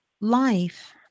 life